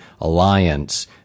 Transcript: alliance